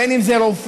בין אם זה רופאים,